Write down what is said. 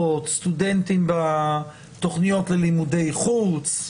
סטודנטים בתכניות ללימודי חוץ,